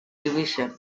division